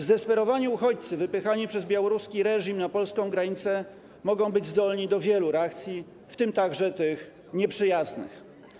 Zdesperowani uchodźcy wypychani przez białoruski reżim na polską granicę mogą być zdolni do wielu reakcji, w tym także tych nieprzyjaznych.